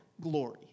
glory